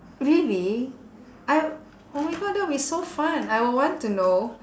really I oh my god that'll be so fun I will want to know